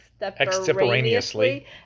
extemporaneously